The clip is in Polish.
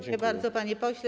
Dziękuję bardzo, panie pośle.